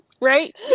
Right